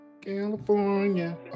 California